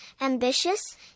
ambitious